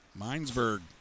Minesburg